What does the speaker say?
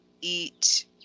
eat